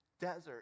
desert